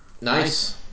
nice